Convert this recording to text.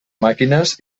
màquines